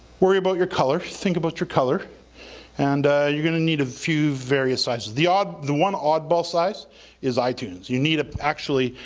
worry about your color, think about your color and you're gonna need a few various sizes. the ah the one oddball size is itunes. you need it actually,